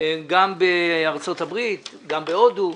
גם בארצות הברית, גם בהודו.